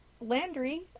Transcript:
Landry